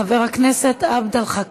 היו"ר נאוה